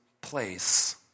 place